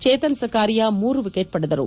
ಚೇತನ್ ಸಕಾರಿಯಾ ಮೂರು ವಿಕೆಟ್ ಪಡೆದರು